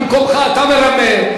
ממקומך: אתה מרמה,